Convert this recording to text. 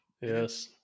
Yes